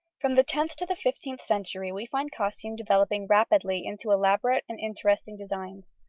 from the tenth to the fifteenth century, we find costume developing rapidly into elaborate and interesting designs.